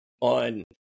on